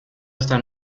esta